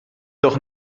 doch